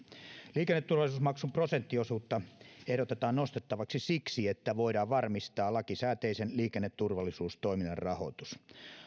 liikenneturvallisuusmaksun prosenttiosuutta ehdotetaan nostettavaksi siksi että voidaan varmistaa lakisääteisen liikenneturvallisuustoiminnan rahoitus